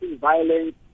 violence